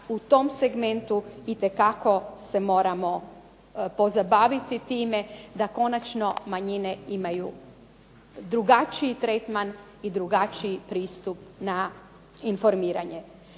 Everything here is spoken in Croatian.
u tom segmentu se itekako se moramo pozabaviti s time da konačno manjine imaju drugačiji tretman i drugačiji pristup na informiranje.